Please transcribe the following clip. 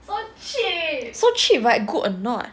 so cheap but good or not